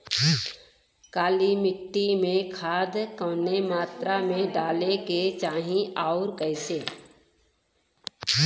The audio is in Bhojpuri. काली मिट्टी में खाद कवने मात्रा में डाले के चाही अउर कइसे?